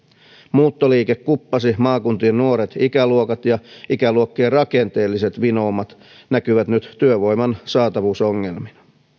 muuttoliike kuppasi maakuntien nuoret ikäluokat ja ikäluokkien rakenteelliset vinoumat näkyvät nyt työvoiman saatavuusongelmina